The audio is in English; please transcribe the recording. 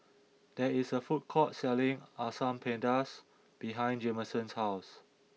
there is a food court selling Asam Pedas behind Jameson's house